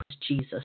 Jesus